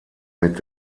mit